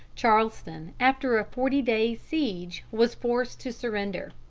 charleston, after a forty days' siege, was forced to surrender.